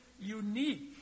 unique